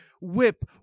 whip